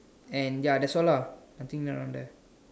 and ya that's all lah I think around there